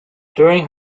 during